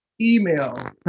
email